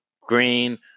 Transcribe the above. Green